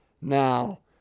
Now